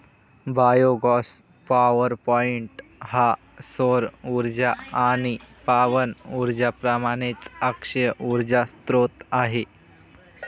biogas power point हा सौर उर्जा आणि पवन उर्जेप्रमाणेच अक्षय उर्जा स्त्रोत आहे